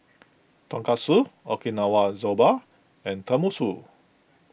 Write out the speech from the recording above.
Tonkatsu Okinawa Soba and Tenmusu